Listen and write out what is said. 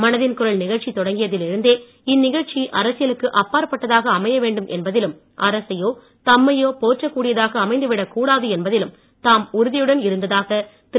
மனதின் குரல் நிகழ்ச்சி தொடங்கியதில் இருந்தே இந்நிகழ்ச்சி அரசியலுக்கு அப்பாற்பட்டதாக அமையவேண்டும் என்பதிலும் அரசையோ தம்மையோ போற்றக்கூடியதாக அமைந்துவிடக் கூடாது என்பதிலும் தாம் உறுதியுடன் இருந்ததாக திரு